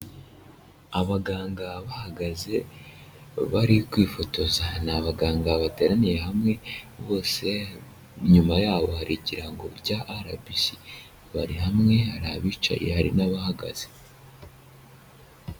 Abaganga bahagaze bari kwifotoza. Ni abaganga bateraniye hamwe bose, inyuma yaho hari ikirango cya RBC, bari hamwe hari abicaye hari n'abahagaze.